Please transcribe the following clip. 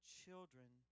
children